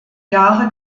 jahre